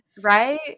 Right